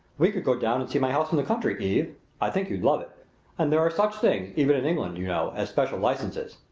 we could go down and see my house in the country, eve i think you'd love it and there are such things, even in england, you know, as special licenses.